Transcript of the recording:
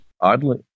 Oddly